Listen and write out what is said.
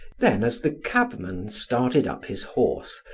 then as the cabman started up his horse,